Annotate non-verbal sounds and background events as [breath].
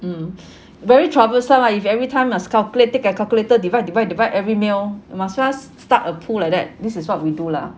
mm [breath] very troublesome lah every time must calculate take a calculator divide divide divide divide every meal must as well start a pool like that this is what we do lah